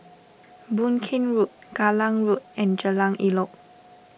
Boon Keng Road Kallang Road and Jalan Elok